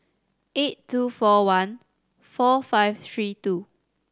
eight two four one four five three two